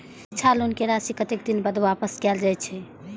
शिक्षा लोन के राशी कतेक दिन बाद वापस कायल जाय छै?